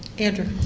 andrew